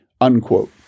unquote